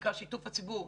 שנקרא "שיתוף הציבור",